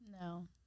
No